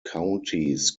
counties